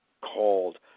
called